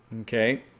Okay